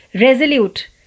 resolute